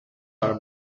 are